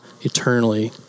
eternally